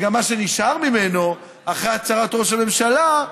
וגם מה שנשאר ממנו אחרי הצהרת ראש הממשלה,